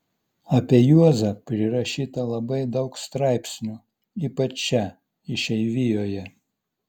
apie juozą prirašyta labai daug straipsnių ypač čia išeivijoje